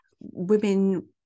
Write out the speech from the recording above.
women